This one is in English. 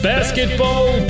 Basketball